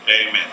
Amen